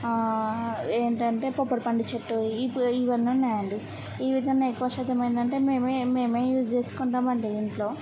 ఏంటంటే పొప్పడు పండు చెట్టు ఇపు ఇవన్నీ ఉన్నాయండి ఇవిటన్న ఎక్కువ శాతం ఏంటంటే మేమె మేమె యూజ్ చేసుకుంటామండీ ఇంట్లో